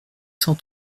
cent